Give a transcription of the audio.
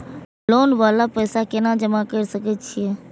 Loan वाला पैसा केना जमा कर सके छीये?